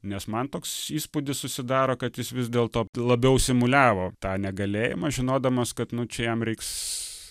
nes man toks įspūdis susidaro kad jis vis dėlto labiau simuliavo tą negalėjimą žinodamas kad nu čia jam reiks